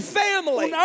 family